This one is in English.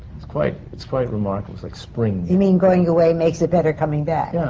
it's quite. it's quite remarkable. it's like spring. you mean going away makes it better coming back. yeah.